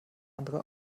andere